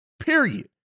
period